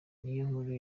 niyonkuru